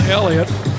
Elliott